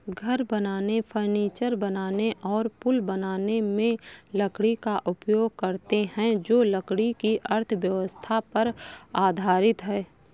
घर बनाने, फर्नीचर बनाने और पुल बनाने में लकड़ी का उपयोग करते हैं जो लकड़ी की अर्थव्यवस्था पर आधारित है